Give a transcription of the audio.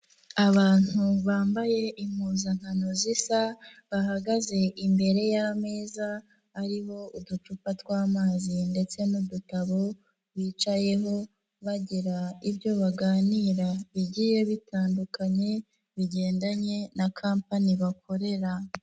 Abantu bambaye impuzankano zisa bahagaze imbere y'ameza arimo uducupa tw'amazi ndetse n'udutabo bicayeho, bagira ibyo baganira bigiye bitandukanye bigendanye na kampani bakorera.